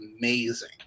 amazing